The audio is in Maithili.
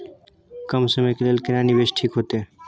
कम समय के लेल केना निवेश ठीक होते?